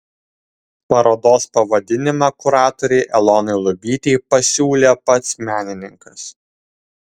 parodos pavadinimą kuratorei elonai lubytei pasiūlė pats menininkas